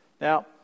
Now